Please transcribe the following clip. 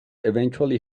eventually